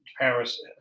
paris